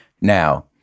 Now